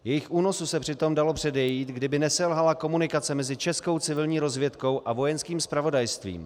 Jejich únosu se přitom dalo předejít, kdyby neselhala komunikace mezi českou civilní rozvědkou a Vojenským zpravodajstvím.